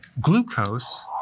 glucose